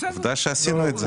עובדה שעשינו את זה.